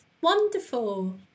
wonderful